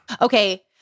Okay